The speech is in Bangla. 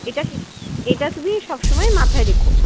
এটাকে এটা তুমি সবসময় মাথায় রেখো